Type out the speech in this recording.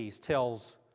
tells